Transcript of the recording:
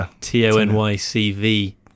T-O-N-Y-C-V